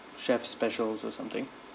chef's specials or something